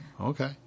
Okay